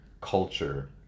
culture